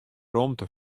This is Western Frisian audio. romte